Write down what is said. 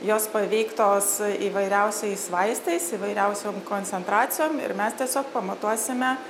jos paveiktos įvairiausiais vaistais įvairiausiom koncentracijom mes tiesiog pamatuosime